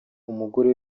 umugore